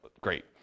Great